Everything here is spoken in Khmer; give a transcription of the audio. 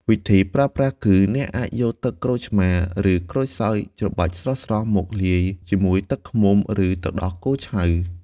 វិធីប្រើប្រាស់គឺ អ្នកអាចយកទឹកក្រូចឆ្មារ ឬក្រូចសើចច្របាច់ស្រស់ៗមកលាយជាមួយទឹកឃ្មុំ ឬទឹកដោះគោឆៅ។